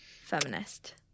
feminist